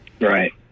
Right